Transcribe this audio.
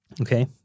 okay